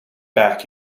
back